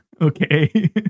Okay